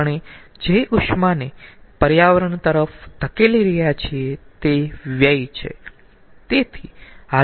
આપણે જે ઉષ્માને પર્યાવરણ તરફ ધકેલી રહ્યા છીએ તે વ્યય છે